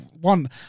One